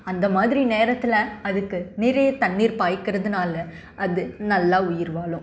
அந்த மாதிரி நேரத்தில் அதுக்கு நிறைய தண்ணீர் பாய்க்கிறதுனால் அது நல்லா உயிர் வாழும்